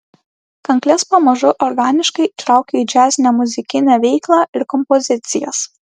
kankles pamažu organiškai įtraukiu į džiazinę muzikinę veiklą ir kompozicijas